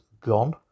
gone